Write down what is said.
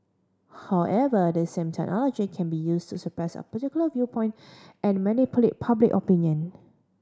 however this same technology can be used to suppress a particular viewpoint and manipulate public opinion